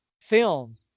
film